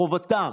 חובתם.